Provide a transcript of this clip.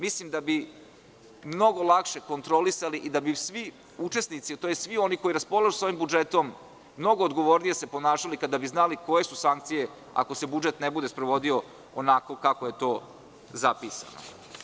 Mislim da bi mnogo lakše kontrolisali i da bi svi učesnici, tj. svi oni koji raspolažu sa ovim budžetom, mnogo odgovornije se ponašali kada bi znali koje su sankcije ako se budžet ne bude sprovodio onako kako je zapisano.